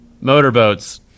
motorboats